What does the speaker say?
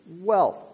wealth